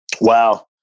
Wow